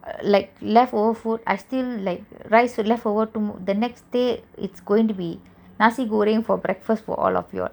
like leftover food rice I left the next day it will be nasi goreng for breakfast for all of ya'll